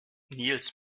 nils